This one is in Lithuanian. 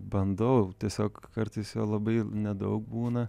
bandau tiesiog kartais jo labai nedaug būna